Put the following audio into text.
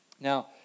Now